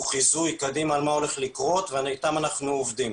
חיזוי קדימה על מה הולך לקרות ואיתם אנחנו עובדים.